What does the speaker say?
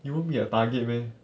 you won't be a target meh